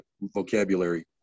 vocabulary